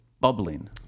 bubbling